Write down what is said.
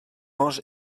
ange